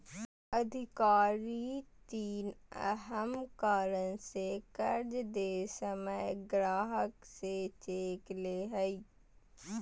अधिकारी तीन अहम कारण से कर्ज दे समय ग्राहक से चेक ले हइ